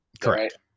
Correct